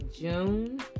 June